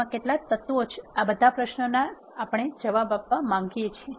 તેમાં કેટલા તત્વો છે આવા બધા પ્રશ્ન ના આપણે જવાબ આપવા માંગતા હોય